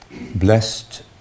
blessed